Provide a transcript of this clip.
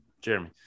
Jeremy